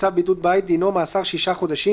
צו בידוד בית) דינו מאסר שישה חודשים